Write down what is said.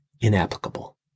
inapplicable